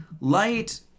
light